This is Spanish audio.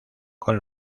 con